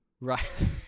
Right